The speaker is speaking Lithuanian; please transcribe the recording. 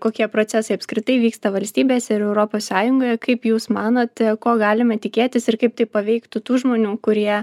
kokie procesai apskritai vyksta valstybėse ir europos sąjungoje kaip jūs manote ko galime tikėtis ir kaip tai paveiktų tų žmonių kurie